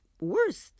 worst